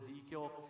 Ezekiel